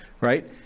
right